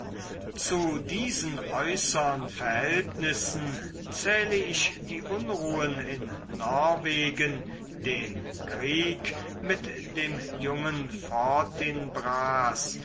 zu diesen äußern verhältnissen zähle ich die unruhen in norwegen den krieg mit dem jungen fortinbras